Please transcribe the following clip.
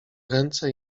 ręce